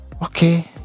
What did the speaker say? Okay